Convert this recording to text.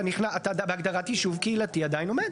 אתה בהגדרת יישוב קהילתי עדיין עומד.